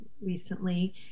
recently